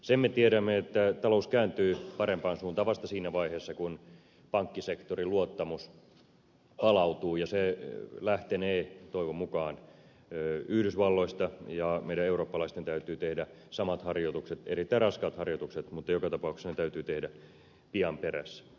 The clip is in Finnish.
sen me tiedämme että talous kääntyy parempaan suuntaan vasta siinä vaiheessa kun pankkisektorin luottamus palautuu ja se lähtenee toivon mukaan yhdysvalloista ja meidän eurooppalaisten täytyy tehdä samat harjoitukset erittäin raskaat harjoitukset mutta joka tapauksessa ne täytyy tehdä pian perässä